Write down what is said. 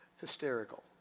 Hysterical